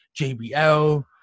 JBL